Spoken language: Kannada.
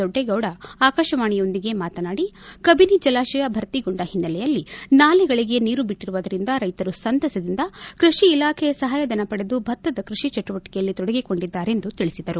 ದೊಡ್ಡೇಗೌಡ ಆಕಾಶವಾಣಿಯೊಂದಿಗೆ ಮಾತನಾಡಿ ಕಬಿನಿ ಜಲಾಶಯ ಭರ್ತಿಗೊಂಡ ಹಿನ್ನೆಲೆಯಲ್ಲಿ ನಾಲೆಗಳಿಗೆ ನೀರು ಬಿಟ್ಲಿರುವುದರಿಂದ ರೈತರು ಸಂತಸದಿಂದ ಕ್ಕಷಿ ಇಲಾಖೆಯ ಸಹಾಯಧನ ಪಡೆದು ಭತ್ತದ ಕೃಷಿ ಚಟುವಟಿಕೆಗಳಲ್ಲಿ ತೊಡಗಿಕೊಂಡಿದ್ದಾರೆ ಎಂದು ತಿಳಿಸಿದರು